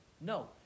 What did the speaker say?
No